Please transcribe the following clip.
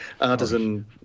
Artisan